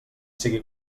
sigui